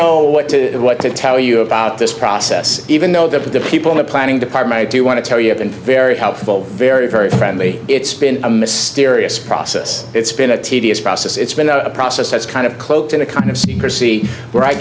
know what to what to tell you about this process even though that the people in the planning department i do want to tell you have been very helpful very very friendly it's been a mysterious process it's been a tedious process it's been a process that's kind of cloaked in a kind of secrecy where i